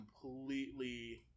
completely